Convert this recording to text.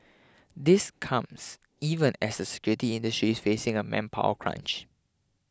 this comes even as the security industry is facing a manpower crunch